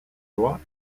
joie